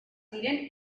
ziren